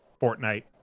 Fortnite